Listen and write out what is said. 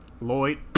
Lloyd